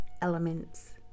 elements